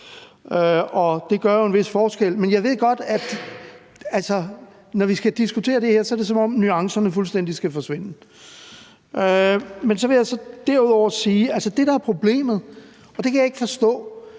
det gør jo en vis forskel. Men jeg ved godt, at når vi skal diskutere det her, er det, som om nuancerne fuldstændig skal forsvinde. Men så vil jeg så derudover sige, at det, der er problemet – og det kan jeg ikke forstå